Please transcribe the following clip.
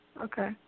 Okay